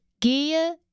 gehe